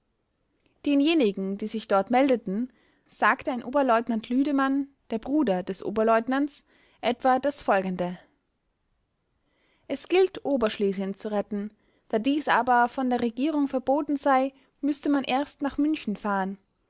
denjenigen die sich dort meldeten sagte ein oberleutnant lüdemann der bruder des oberleutnants etwa das folgende es gilt oberschlesien zu retten da dies aber von der regierung verboten sei müßte man erst nach münchen fahren